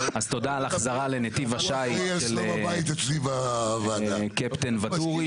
אז תודה על החזרה לנתיב השייט, קפטן ואטורי,